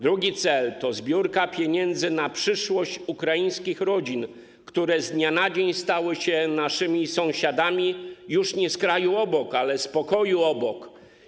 Drugi cel to zbiórka pieniędzy na przyszłość ukraińskich rodzin, które z dnia na dzień stały się naszymi sąsiadami już nie z kraju obok, ale z pokoju obok.